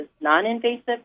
non-invasive